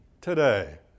today